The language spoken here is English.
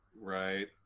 Right